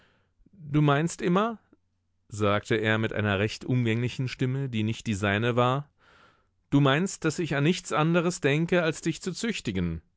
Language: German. du meinst immer sagte er mit einer recht umgänglichen stimme die nicht die seine war du meinst daß ich an nichts anderes denke als dich zu züchtigen